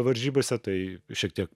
varžybose tai šiek tiek